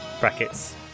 Brackets